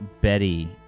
Betty